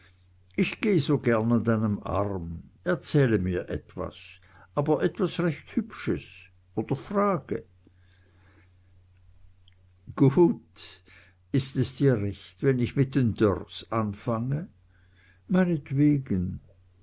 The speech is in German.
ich gehe so gern an deinem arm erzähle mir etwas aber etwas recht hübsches oder frage gut ist es dir recht wenn ich mit den dörrs anfange meinetwegen